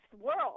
world